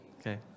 Okay